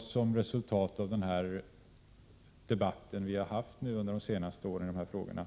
Som resultat av den debatt som har förts under de senaste åren i dessa frågor bör